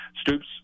Stoops